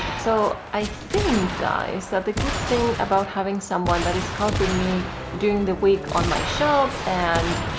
so, i think guys that the good thing about having someone that is helping me during the week on my shop and